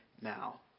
now